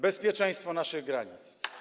bezpieczeństwo naszych granic.